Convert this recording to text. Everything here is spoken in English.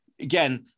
again